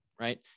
right